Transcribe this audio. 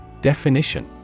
Definition